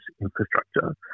infrastructure